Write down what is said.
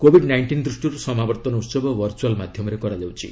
Covid nineteen ଦୃଷ୍ଟିରୁ ସମାବର୍ତ୍ତନ ଉତ୍ସବ ଭର୍ଚୁଆଲ୍ ମାଧ୍ୟମରେ କରାଯାଉଛି